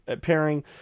pairing